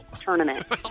tournament